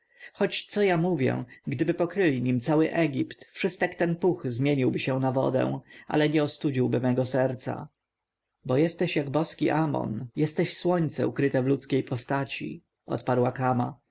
choć co ja mówię gdyby pokryli nim cały egipt wszystek ten puch zamieniłby się na wodę ale nie ostudziłby mego serca bo jesteś jak boski amon jesteś słońce ukryte w ludzkiej postaci odparła